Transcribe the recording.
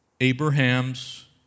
Abraham's